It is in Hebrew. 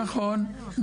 נכון.